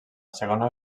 segona